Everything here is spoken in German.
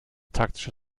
taktische